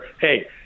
hey